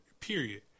period